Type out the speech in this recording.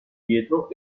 dietro